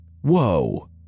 Whoa